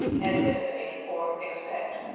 anticipate for expect.